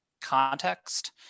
context